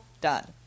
done